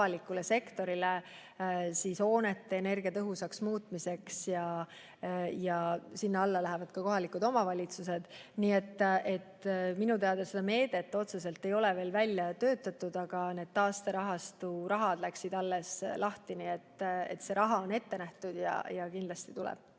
avalikule sektorile hoonete energiatõhusaks muutmiseks ja sinna alla lähevad ka kohalikud omavalitsused. Minu teada seda meedet otseselt ei ole veel välja töötatud, aga taasterahastu vahendid alles läksid lahti, nii et raha on ette nähtud ja see kindlasti tuleb.